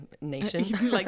nation